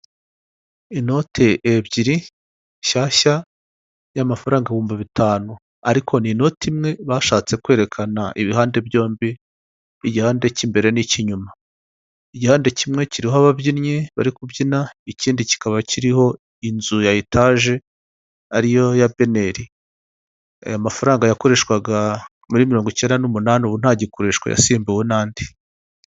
Inote ebyiri nshyashya, y'amafaranga ibihumbi bitanu, Ariko n'inota imwe bashatse kwerekana ibihande byombi igihande cy'imbere n' icy'inyuma. Igihande kimwe kiriho ababyinnyi bari kubyina, ikindi kikaba kiriho inzu ya etage, ariyo ya beneri. Aya mafaranga yakoreshwaga muri mirongo icyenda n'umunani, ubu ntagikoreshwa yasimbuwe n'andi.